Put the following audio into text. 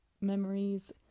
memories